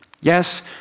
Yes